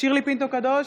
שירלי פינטו קדוש,